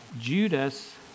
Judas